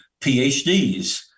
PhDs